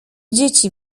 dzieci